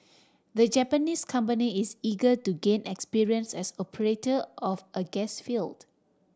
the Japanese company is eager to gain experience as operator of a gas field